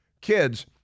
kids